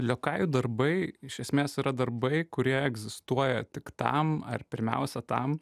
liokajų darbai iš esmės yra darbai kurie egzistuoja tik tam ar pirmiausia tam